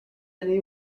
allé